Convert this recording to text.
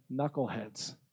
knuckleheads